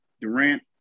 Durant